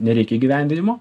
nereikia įgyvendinimo